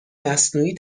مصنوعی